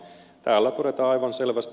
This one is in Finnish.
täällä todetaan aivan selvästi